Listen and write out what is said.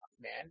man